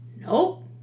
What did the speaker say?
Nope